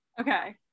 Okay